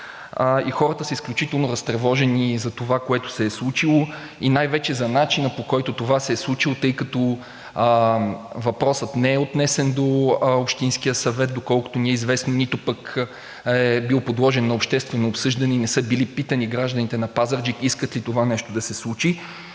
и хората са изключително разтревожени за това, което се е случило, и най-вече за начина, по който това се е случило, тъй като въпросът не е отнесен до Общинския съвет, доколкото ми е известно, нито пък е бил подложен на обществено обсъждане и не са били питани гражданите на Пазарджик искат ли това нещо да се случи.